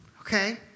okay